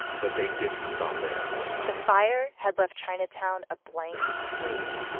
but they didn't stop there the fire had left chinatown a blank slate.